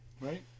Right